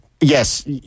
Yes